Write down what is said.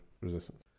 resistance